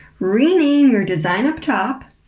rename your design up top,